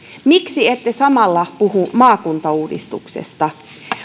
miksi ette samalla puhu maakuntauudistuksesta